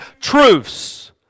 truths